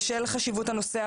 בשל חשיבות הנושא,